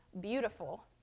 beautiful